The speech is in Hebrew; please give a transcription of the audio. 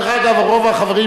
דרך אגב, רוב החברים